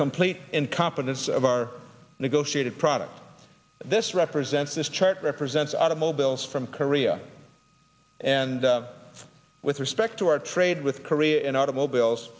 complete incompetence of our negotiated product this represents this chart represents automobiles from korea and with respect to our trade with korea and automobiles